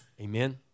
Amen